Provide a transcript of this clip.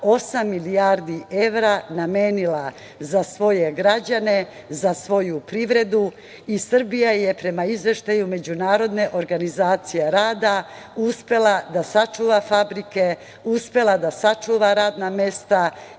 milijardi evra namenila za svoje građane, za svoju privredu, i Srbija je prema izveštaju Međunarodne organizacije rada uspela da sačuva fabrike, uspela da sačuva radna mesta